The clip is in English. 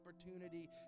opportunity